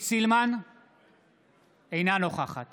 אינה נוכחת